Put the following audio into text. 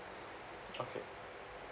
okay